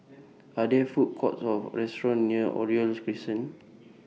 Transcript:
Are There Food Courts Or restaurants near Oriole Crescent